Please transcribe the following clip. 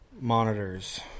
monitors